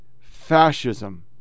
fascism